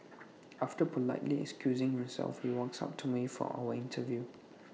after politely excusing himself he walks up to me for our interview